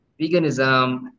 veganism